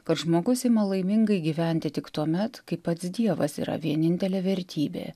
kad žmogus ima laimingai gyventi tik tuomet kai pats dievas yra vienintelė vertybė